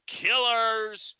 killers